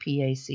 PAC